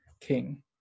king